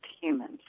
humans